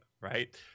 right